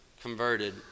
converted